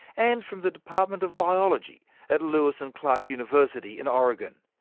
and from the department of biology at lewis and clark university in oregon.